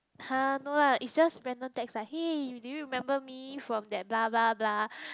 !huh! no lah it's just random text lah hey do you remember me from that blah blah blah